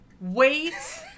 wait